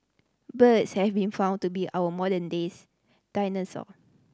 birds have been found to be our modern days dinosaur